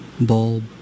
bulb